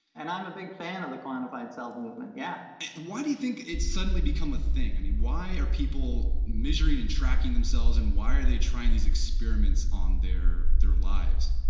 and i'm a big fan of the quantified self movement, yes yeah why do you think it's suddenly become a thing, i mean, why are people measuring and tracking themselves and why are they trying these experiments on their their lives?